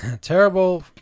Terrible